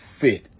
fit